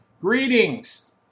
Greetings